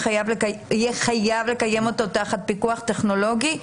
יהיה חייב לקיים אותו תחת פיקוח טכנולוגי?